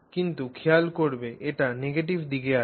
কিন্তু খেয়াল করবে এটি নেগেটিভ দিকে যাচ্ছে